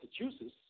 Massachusetts